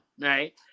Right